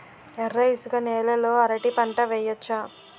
ఎర్ర ఇసుక నేల లో అరటి పంట వెయ్యచ్చా?